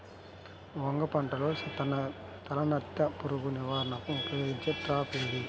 వంగ పంటలో తలనత్త పురుగు నివారణకు ఉపయోగించే ట్రాప్ ఏది?